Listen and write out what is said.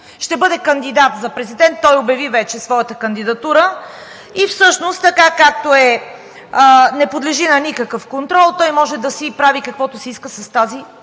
ще бъде кандидат за президент. Той обяви вече своята кандидатура и всъщност, така както не подлежи на никакъв контрол, той може да си прави каквото си иска с тази